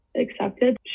accepted